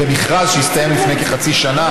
במכרז שהסתיים לפני כחצי שנה,